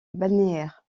balnéaire